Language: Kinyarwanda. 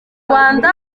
rwanda